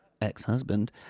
ex-husband